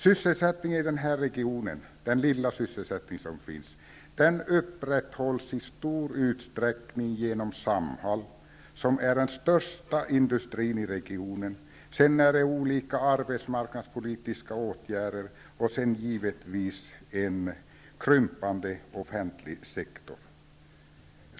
Sysselsättningen i den här regionen, den lilla sysselsättning som finns, upprätthålls i stor utsträckning genom Samhall, som är den största industrin i regionen, genom olika arbetsmarknadspolitiska åtgärder och givetvis genom en krympande offentlig sektor.